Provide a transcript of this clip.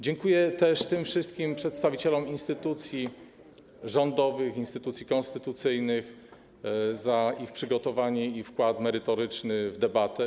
Dziękuję też wszystkim przedstawicielom instytucji rządowych, instytucji konstytucyjnych za ich przygotowanie i merytoryczny wkład w debatę.